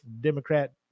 Democrat